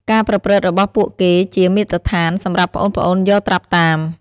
ការប្រព្រឹត្តរបស់ពួកគេជា មាត្រដ្ឋាន សម្រាប់ប្អូនៗយកត្រាប់តាម។